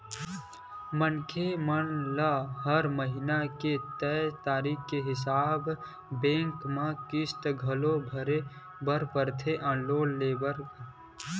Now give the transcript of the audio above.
मनखे ल हर महिना के तय तारीख के हिसाब ले बेंक म किस्ती ल घलो भरे बर परथे लोन के लेय म